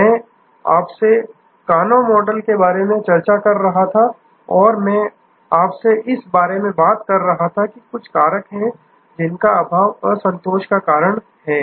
मैं आपसे Kano model के बारे में चर्चा कर रहा था और मैं आपसे इस बारे में बात कर रहा था कि कुछ कारक हैं जिनका अभाव असंतोष का कारण हैं